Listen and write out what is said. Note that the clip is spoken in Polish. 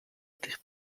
tych